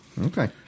okay